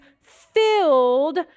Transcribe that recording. filled